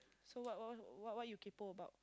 so what what what what what you kaypo about